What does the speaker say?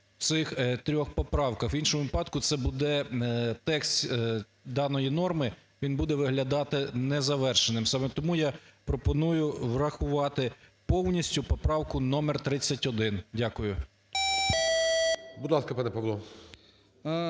цих трьох поправках. В іншому випадку, це буде текст даної норми, він буде виглядати незавершеним. Саме тому я пропоную врахувати повністю поправку № 31. Дякую. ГОЛОВУЮЧИЙ. Будь ласка, пане Павло.